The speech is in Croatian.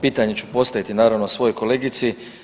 Pitanje ću postaviti naravno svojoj kolegici.